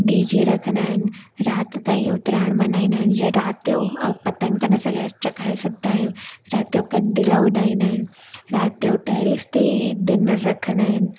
D जे रखंदा आहिनि राति ताईं उतरायण मल्हाईंदा आहिनि जीअं राति जो अ पतंग त न सघाए जखाए सघंदा आहियूं राति जो कैंडिल उडाईंदा आहिनि राति जो टैरिस ते ई डिनर रखंदा आहिनि